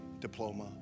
diploma